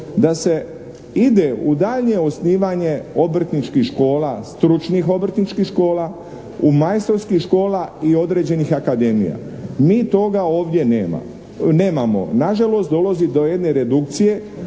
da se ide u daljnje osnivanje obrtničkih škola, stručnih obrtničkih škola, majstorskih škola i određenih akademija. Mi toga ovdje nemamo. Nažalost, dolazi do jedne redukcije,